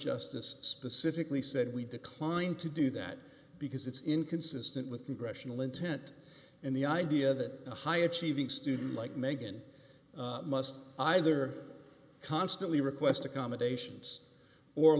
justice specifically said we decline to do that because it's inconsistent with congressional intent and the idea that a high achieving student like megan must either constantly request accommodations or